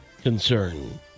concern